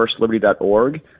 firstliberty.org